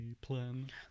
plan